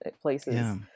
places